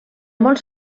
molts